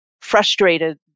frustrated